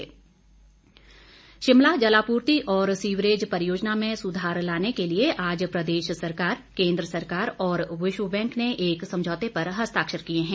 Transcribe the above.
समझौता शिमला जलापूर्ति और सीवरेज परियोजना में सुधार लाने के लिए आज प्रदेश सरकार केन्द्र सरकार और विश्व बैंक ने एक समझौते पर हस्ताक्षर किए हैं